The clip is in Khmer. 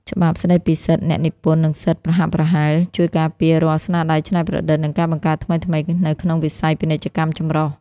ច្បាប់ស្ដីពីសិទ្ធិអ្នកនិពន្ធ និងសិទ្ធិប្រហាក់ប្រហែល ជួយការពាររាល់ស្នាដៃច្នៃប្រឌិត និងការបង្កើតថ្មីៗនៅក្នុងវិស័យពាណិជ្ជកម្មចម្រុះ។